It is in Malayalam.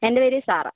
എന്റെ പേര് സാറ